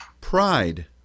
pride